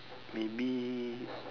maybe